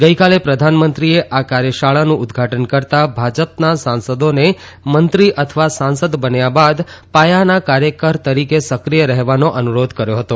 ગઇકાલે પ્રધાનમંત્રીએ આ કાર્યશાળાનું ઉદઘાટન કરતા ભાજપના સાંસદોને મંત્રી અથવા સાંસદ બન્યા બાદ પાયાના કાર્યકર તરીકે સક્રિય રહેવાનો અનુરોધ કર્યો હતો